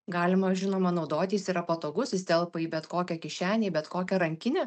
galima žinoma naudoti jis yra patogus jis telpa į bet kokią kišenę į bet kokią rankinę